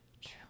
True